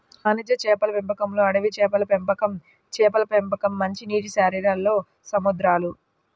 వాణిజ్య చేపల పెంపకంలోఅడవి చేపల పెంపకంచేపల పెంపకం, మంచినీటిశరీరాల్లో సముద్రాలు